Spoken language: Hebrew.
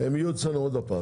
הם יהיו אצלנו שוב.